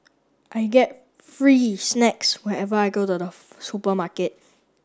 I get free snacks whenever I go to the supermarket